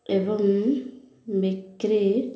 ଏବଂ ବିକ୍ରି